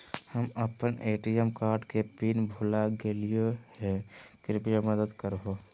हम अप्पन ATM card के पिन भुला गेलिओ हे कृपया मदद कर हो